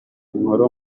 inkuru